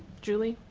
julie?